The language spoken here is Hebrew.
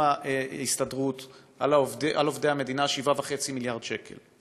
ההסתדרות לעובדי המדינה 7.5 מיליארד שקל,